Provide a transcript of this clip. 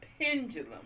pendulum